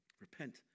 Repent